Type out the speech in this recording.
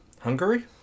Hungary